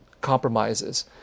compromises